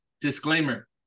Disclaimer